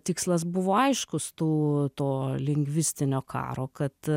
tikslas buvo aiškus tų to lingvistinio karo kad